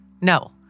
No